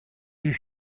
you